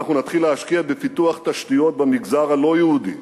אנחנו נתחיל להשקיע בפיתוח תשתיות במגזר הלא-יהודי